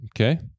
Okay